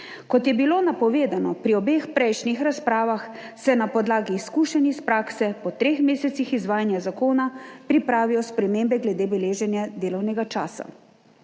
Kot je bilo napovedano pri obeh prejšnjih razpravah, se na podlagi izkušenj iz prakse po treh mesecih izvajanja zakona pripravijo spremembe glede beleženja delovnega časa.